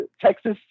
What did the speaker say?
Texas